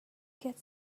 get